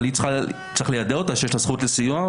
אבל צריך ליידע אותה שיש לה זכות לסיוע,